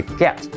get